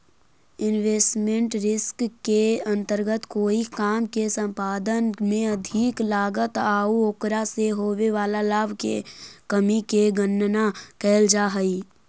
investment risk के अंतर्गत कोई काम के संपादन में अधिक लागत आउ ओकरा से होवे वाला लाभ के कमी के गणना कैल जा हई